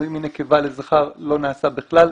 השינוי מנקבה לזכר לא נעשה בכלל.